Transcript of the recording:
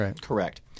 correct